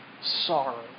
sorrow